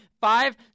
five